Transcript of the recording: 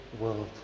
world